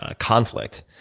ah conflict.